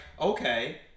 okay